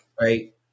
right